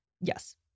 yes